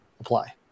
apply